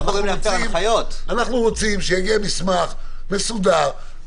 אנחנו רוצים שיגיע מסמך מסודר.